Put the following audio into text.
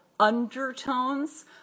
undertones